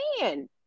man